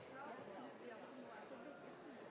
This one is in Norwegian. statsråd i